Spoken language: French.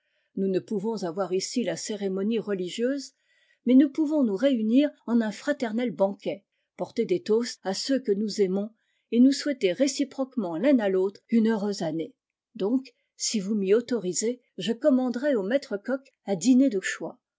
nous ne pouvons avoir ici la cérémonie religieuse mais nous pouvons nous réunir en un fraternel banquet porter des toasts à ceux que nous aimons et nous souhaiter réciproquement l'un à l'autre une heureuse année donc si vousm'yautorisez je commanderai au maître cock un dîner de choix